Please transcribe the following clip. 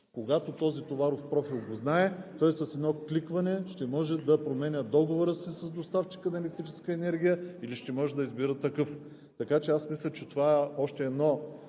Когато знае този товаров профил, той с едно кликване ще може да променя договора си с доставчика на електрическа енергия или ще може да избира такъв. Така че аз мисля, че това е още едно